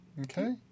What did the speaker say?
Okay